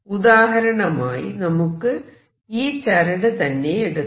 ഉദാഹരണമായി നമുക്ക് ഈ ചരട് തന്നെയെടുക്കാം